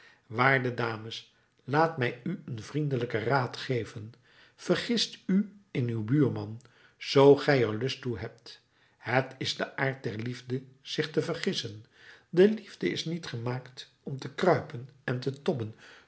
waarde dames laat mij u een vriendelijken raad geven vergist u in uw buurman zoo gij er lust toe hebt het is de aard der liefde zich te vergissen de liefde is niet gemaakt om te kruipen en te tobben